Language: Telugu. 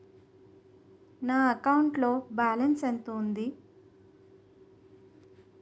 నా అకౌంట్ లో బాలన్స్ ఎంత ఉంది?